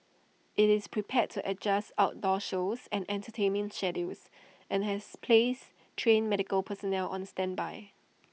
IT is prepared to adjust outdoor shows and entertainment schedules and has placed trained medical personnel on standby